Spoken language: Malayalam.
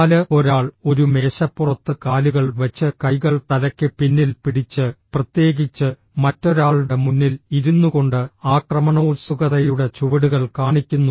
4 ഒരാൾ ഒരു മേശപ്പുറത്ത് കാലുകൾ വെച്ച് കൈകൾ തലയ്ക്ക് പിന്നിൽ പിടിച്ച് പ്രത്യേകിച്ച് മറ്റൊരാളുടെ മുന്നിൽ ഇരുന്നുകൊണ്ട് ആക്രമണോത്സുകതയുടെ ചുവടുകൾ കാണിക്കുന്നു